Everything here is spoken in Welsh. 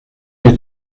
fydd